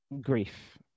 grief